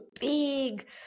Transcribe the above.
big